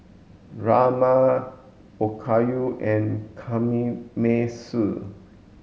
Rajma Okayu and Kamameshi